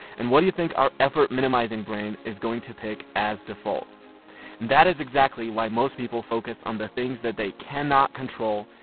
and what do you think our effort-minimizing brain is going to pick as default? and that is exactly why most people focus on the things that they cannot control,